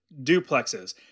duplexes